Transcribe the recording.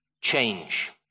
Change